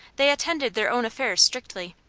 they attended their own affairs strictly.